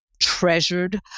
treasured